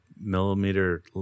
Millimeter